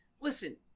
listen